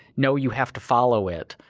no, you have to follow it,